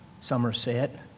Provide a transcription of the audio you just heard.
Somerset